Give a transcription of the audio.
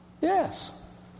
Yes